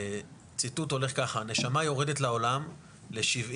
הציטוט הולך ככה- "הנשמה יורדת לעולם ל-70-80